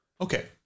Okay